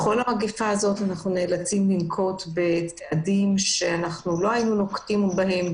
בכל המגפה הזאת אנחנו נאלצים לנקוט בצעדים לא שגרתיים.